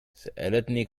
سألتني